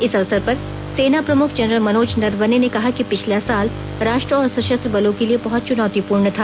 इस अवसर पर सेना प्रमुख जनरल मनोज नरवने ने कहा कि पिछला साल राष्ट्र और सशस्त्र बलों के लिए बहत चुनौतीपूर्ण था